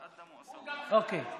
הוא גם, אוקיי.